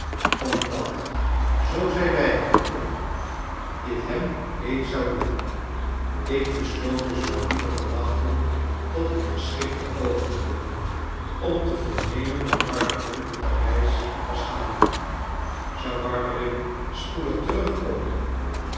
omdat zoo zij weigerde dit hem leed zou doen ik besloot dus maar liever te wachten tot een geschikter oogenblik om te vernemen wat barberin te parijs was gaan doen zou barberin spoedig terugkomen